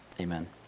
amen